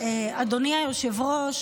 אדוני היושב-ראש.